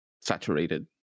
saturated